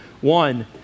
one